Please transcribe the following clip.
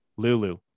Lulu